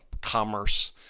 commerce